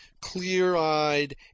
clear-eyed